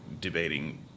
debating